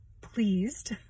pleased